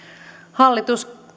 hallitus